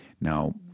Now